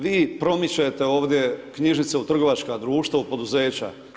Vi promičete ovdje knjižnice u trgovačka društva, u poduzeća.